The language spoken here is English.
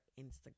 Instagram